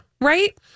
Right